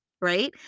right